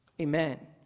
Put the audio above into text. Amen